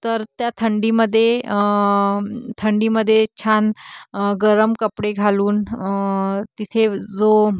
तर त्या थंडीमध्ये थंडीमध्ये छान गरम कपडे घालून तिथे जो